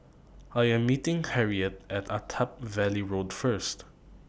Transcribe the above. I Am meeting Harriette At Attap Valley Road First